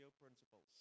principles